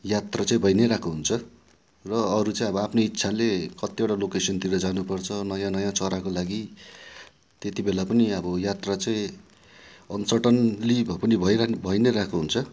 यात्रा चाहिँ भई नै रहेको हुन्छ र अरू चाहिँ अब आफ्नै इच्छाले कतिवटा लोकेसनतिर जानु पर्छ नयाँ नयाँ चराको लागि त्यति बेला पनि अब यात्रा चाहिँ अन सर्टन्ली भए पनि भई भई नै रहेको हुन्छ